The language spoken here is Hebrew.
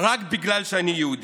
רק בגלל שאני יהודי.